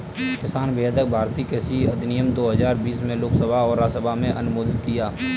किसान विधेयक भारतीय कृषि अधिनियम दो हजार बीस में लोकसभा और राज्यसभा में अनुमोदित किया